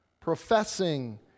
professing